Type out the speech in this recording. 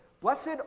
Blessed